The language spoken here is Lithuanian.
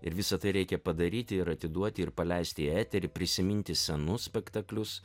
ir visa tai reikia padaryti ir atiduoti ir paleisti į eterį prisiminti senus spektaklius